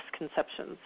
misconceptions